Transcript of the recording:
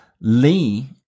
Lee